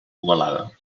ovalada